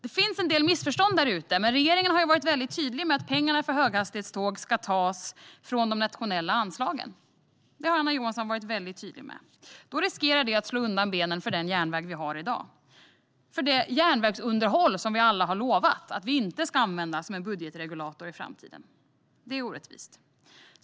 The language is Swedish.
Det finns en del missförstånd där ute, men regeringen har varit tydlig med att pengarna för höghastighetsjärnväg ska tas från de nationella anslagen. Det har Anna Johansson varit väldigt tydlig med. Då riskerar man att slå undan benen för den järnväg vi har i dag och det järnvägsunderhåll som vi alla har lovat att inte använda som en budgetregulator i framtiden. Det är orättvist.